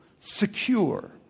secure